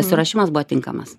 pasiruošimas buvo tinkamas